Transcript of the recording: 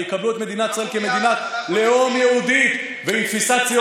ויקבלו את מדינת ישראל כמדינת לאום יהודית עם תפיסה ציונית,